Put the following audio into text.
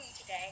today